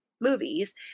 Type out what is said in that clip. movies